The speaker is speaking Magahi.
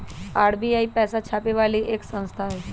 आर.बी.आई पैसा छापे वाली एक संस्था हई